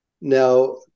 Now